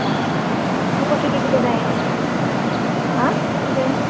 हय तुका कितें कितें जायें आं कितें जाय